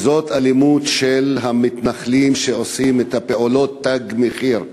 וזאת אלימות של המתנחלים שעושים פעולות "תג מחיר".